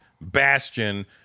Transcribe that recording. bastion